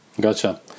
Gotcha